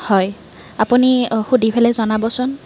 হয় আপুনি সুধি পেলাই জনাবচোন